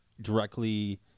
directly